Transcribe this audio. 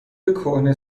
کهنه